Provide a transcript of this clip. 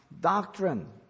doctrine